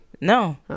no